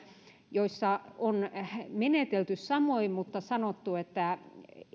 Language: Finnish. joissa on menetelty samoin mutta sanottu että